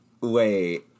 Wait